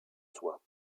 soi